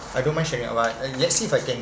I don't mind sharing but let's see if I can